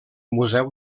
museu